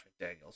McDaniels